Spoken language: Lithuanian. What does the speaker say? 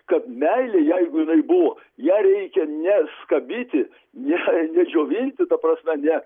kad meilė jeigu jinai buvo ją reikia ne skabyti ne džiovinti ta prasme ne